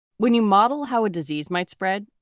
when you model how a disease might spread,